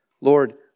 Lord